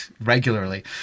regularly